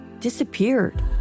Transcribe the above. disappeared